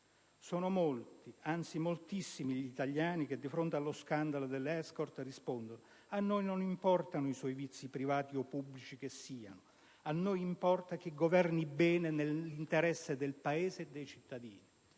«Sono molti, anzi moltissimi gli italiani che di fronte allo scandalo Berlusconi (...) rispondono: "A noi non importano i suoi vizi, privati o pubblici che siano; a noi importa che governi bene nell'interesse del Paese e dei cittadini".